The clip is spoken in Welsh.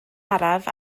araf